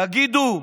תגידו,